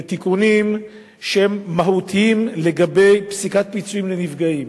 לתיקונים שהם מהותיים לגבי פסיקת פיצויים לנפגעים.